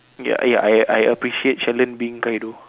ya ya I I appreciate Sheldon being Kaido